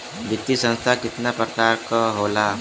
वित्तीय संस्था कितना प्रकार क होला?